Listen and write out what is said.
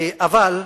אבל,